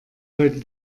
heute